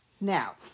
Now